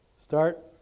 start